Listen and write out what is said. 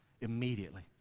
immediately